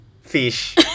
Fish